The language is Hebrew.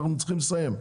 אנחנו צריכים לסיים.